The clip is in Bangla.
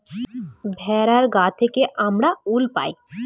ভেড়ার গা থেকে আমরা উল পাই